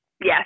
Yes